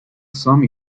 some